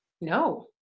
No